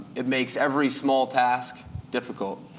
it makes every small task difficult.